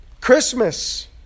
Christmas